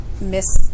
miss